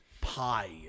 Pi